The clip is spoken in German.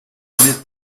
granit